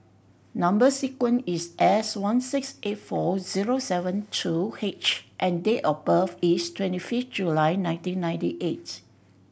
number sequence is S one six eight four zero seven two H and date of birth is twenty fifth July nineteen ninety eighth